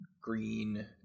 green